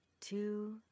two